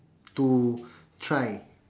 to try